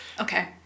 okay